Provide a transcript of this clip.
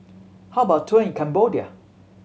how about a tour in Cambodia